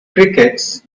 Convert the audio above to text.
crickets